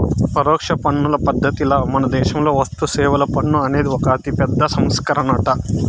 పరోక్ష పన్నుల పద్ధతిల మనదేశంలో వస్తుసేవల పన్ను అనేది ఒక అతిపెద్ద సంస్కరనంట